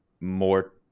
more